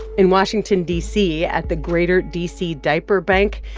in washington, d c, at the greater d c. diaper bank,